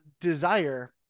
desire